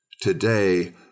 today